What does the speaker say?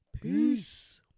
Peace